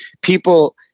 People